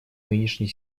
нынешней